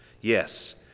Yes